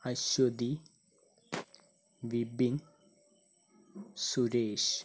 Aswathy Vipin Suresh